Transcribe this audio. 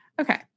Okay